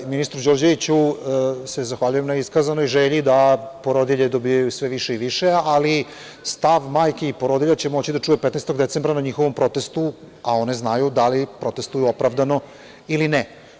Ministru Đorđeviću se zahvaljujem na iskazanoj želji da porodilje dobijaju sve više i više, ali stav majki i porodilja će moći da čuje 15. decembra na njihovom protestu, a one znaju da li protestuju opravdano ili ne.